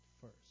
first